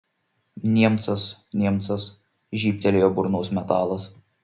niemcas niemcas žybtelėjo burnos metalas